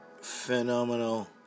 phenomenal